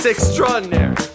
extraordinary